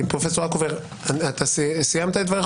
רקובר, סיימת את דבריך?